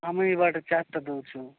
ଆମେ ଏଇ ବାଟେ ଚାରିଟା ଦେଉଛୁ